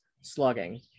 slugging